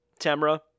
Tamra